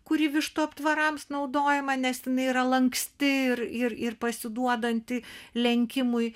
kuri vištų aptvarams naudojama nes jinai yra lanksti ir ir pasiduodanti lenkimui